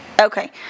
Okay